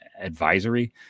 advisory